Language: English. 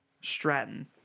Stratton